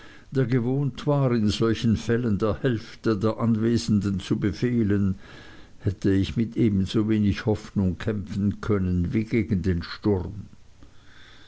der gewohnt war in solchen fällen der hälfte der anwesenden zu befehlen hätte ich mit ebensowenig hoffnung kämpfen können wie gegen den sturm